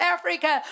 Africa